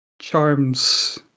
Charms